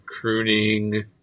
crooning